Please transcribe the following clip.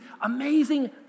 amazing